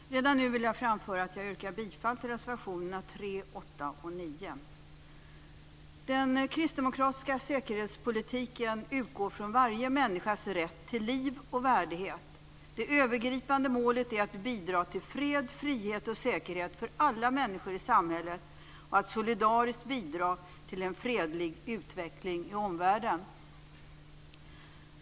Fru talman! Redan nu vill jag framföra att jag yrkar bifall till reservationerna 3, 8 och 9. Den kristdemokratiska säkerhetspolitiken utgår från varje människas rätt till liv och värdighet. Det övergripande målet är att bidra till fred, frihet och säkerhet för alla människor i samhället och att solidariskt bidra till en fredlig utveckling i omvärlden.